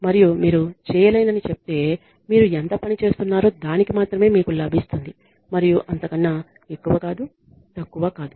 మరియు మీరు చేయలేనని చెప్తే మీరు ఎంత పని చేస్తున్నారో దానికి మాత్రమే మీకు లభిస్తుంది మరియు అంతకన్నా ఎక్కువ కాదు తక్కువ కాదు